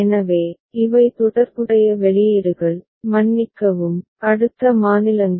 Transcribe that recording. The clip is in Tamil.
எனவே இவை தொடர்புடைய வெளியீடுகள் மன்னிக்கவும் அடுத்த மாநிலங்கள்